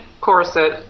corset